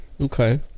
Okay